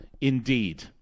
indeed